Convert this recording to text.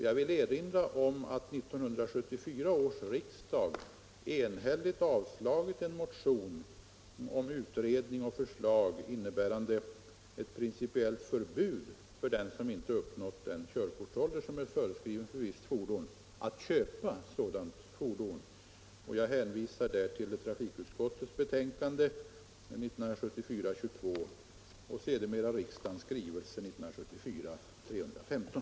Jag vill erinra om att 1974 års riksdag enhälligt avslagit en motion om utredning och förslag innebärande principiellt förbud för den som inte uppnått den körkortsålder som är föreskriven för visst fordon att köpa sådant fordon. Jag hänvisar till trafikutskottets betänkande 1974:22 och riksdagens skrivelse 1974:315.